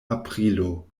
aprilo